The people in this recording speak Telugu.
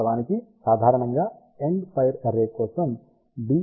వాస్తవానికి సాధారణంగా ఎండ్ ఫైర్ అర్రే కోసం d λ 4